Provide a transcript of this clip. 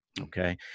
okay